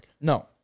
No